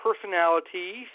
personalities